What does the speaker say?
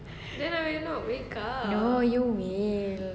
no you will